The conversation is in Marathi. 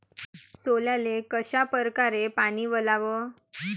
सोल्याले कशा परकारे पानी वलाव?